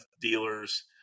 dealers